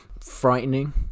frightening